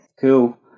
Cool